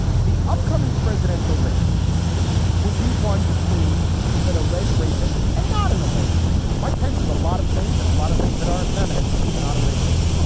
the upcoming presidential race would be one between an alleged rapist and not an alleged rapist. mike pence is a lot of things and a lot of things that aren't feminist, but he's not a rapist.